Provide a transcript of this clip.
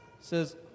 says